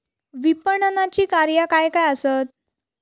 विपणनाची कार्या काय काय आसत?